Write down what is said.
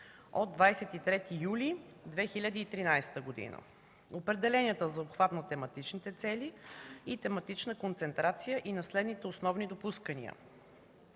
от 23 юли 2013 г. Определенията за обхват на тематичните цели и тематична концентрация са на следните основни допускания: